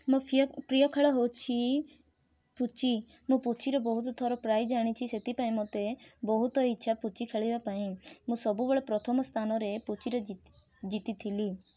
ମୋ ପ୍ରିୟ ଖେଳ ହେଉଛି ପୁଚି ମୁଁ ପୁଚିରେ ବହୁତ ଥର ପ୍ରାଇଜ୍ ଆଣିଛି ସେଥିପାଇଁ ମୋତେ ବହୁତ ଇଚ୍ଛା ପୁଚି ଖେଳିବା ପାଇଁ ମୁଁ ସବୁବେଳେ ପ୍ରଥମ ସ୍ଥାନରେ ପୁଚିରେ ଜିତିଥିଲି